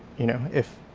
you know if,